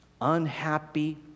unhappy